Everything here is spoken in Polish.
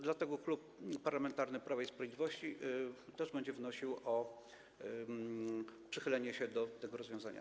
Dlatego Klub Parlamentarny Prawo i Sprawiedliwość będzie wnosił o przychylenie się do tego rozwiązania.